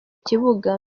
kibuga